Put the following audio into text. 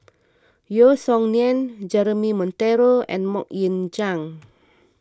Yeo Song Nian Jeremy Monteiro and Mok Ying Jang